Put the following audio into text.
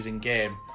game